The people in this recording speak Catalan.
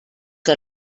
que